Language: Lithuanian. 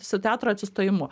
su teatro atsistojimu